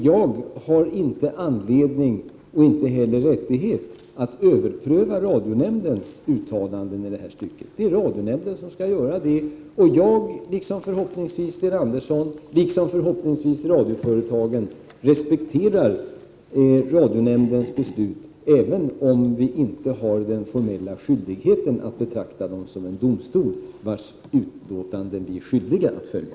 Jag har inte anledning, och inte heller rättighet, att överpröva radionämndens uttalanden i det här stycket. Det är radionämnden som skall göra bedömningen. Jag, liksom förhoppningsvis också Sten Andersson och radioföretagen, respekterar radionämndens beslut, även om vi inte har den formella skyldigheten att betrakta radionämnden som en domstol vars utlåtanden vi är skyldiga att följa.